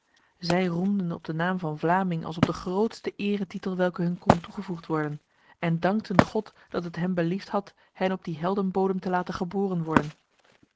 zij roemden op de naam van vlaming als op de grootste eretitel welke hun kon toegevoegd worden en dankten god dat het hem beliefd had hen op die heldenbodem te laten geboren worden